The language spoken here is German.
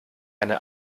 eine